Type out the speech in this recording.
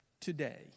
today